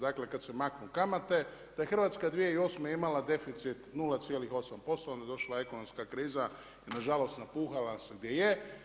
Dakle, kad se maknu kamate, da je Hrvatska 2008. imala deficit 0,8%, onda je došla ekonomska kriza i na žalost napuhala se gdje je.